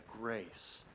grace